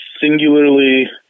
Singularly